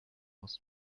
was